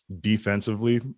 defensively